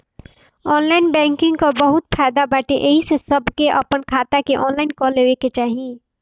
online banking कअ बहुते फायदा बाटे एही से सबके आपन खाता के ऑनलाइन कअ लेवे के चाही